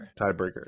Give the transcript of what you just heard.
tiebreaker